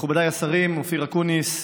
מכובדיי השרים אופיר אקוניס,